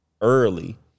early